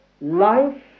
life